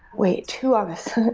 wait two augusts.